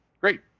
great